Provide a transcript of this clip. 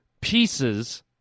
pieces